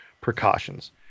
precautions